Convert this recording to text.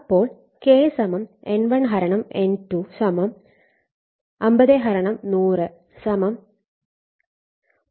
അപ്പോൾ K N1 N2 50100 ½